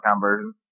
version